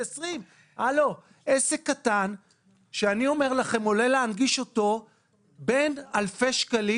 הלו, להנגיש עסק קטן עולה אלפי שקלים.